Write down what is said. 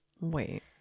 Wait